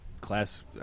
class